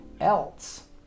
else